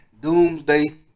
Doomsday